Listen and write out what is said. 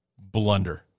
blunder